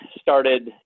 started